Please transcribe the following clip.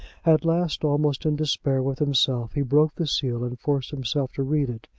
at last, almost in despair with himself, he broke the seal and forced himself to read it.